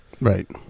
Right